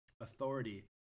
Authority